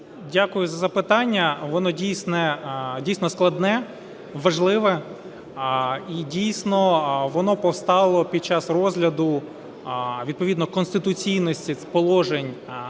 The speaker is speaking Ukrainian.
Дякую за запитання. Воно дійсно складне, важливе, і дійсно воно постало під час розгляду відповідно конституційності положень